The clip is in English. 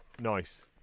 nice